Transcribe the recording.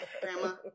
Grandma